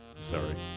Sorry